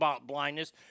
blindness